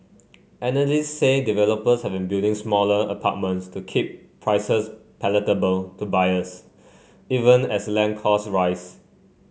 analysts say developers have been building smaller apartments to keep prices palatable to buyers even as land costs rise